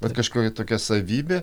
bet kažkokia tokia savybė